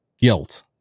guilt